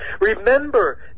Remember